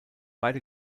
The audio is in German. beide